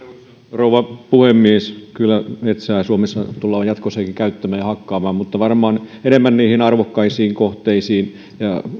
rouva puhemies kyllä metsää suomessa tullaan jatkossakin käyttämään ja hakkaamaan mutta varmaan enemmän niihin arvokkaisiin kohteisiin